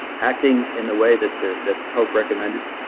acting in the way that the that the pope recommended